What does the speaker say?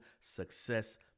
success